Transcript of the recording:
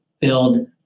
build